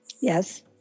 Yes